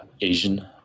Asian